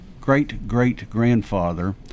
great-great-grandfather